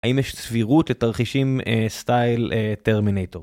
האם יש סבירות לתרחישים סטייל טרמינטור?